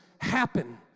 happen